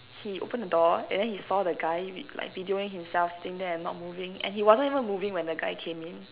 he opened the door and then he saw the guy with like videoing himself sitting there and not moving and he wasn't even moving when the guy came in